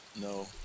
No